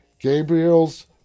Gabriel's